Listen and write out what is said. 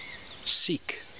seek